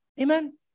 Amen